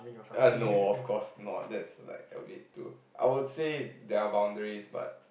uh no of course not that's like a bit too I would say there are boundaries but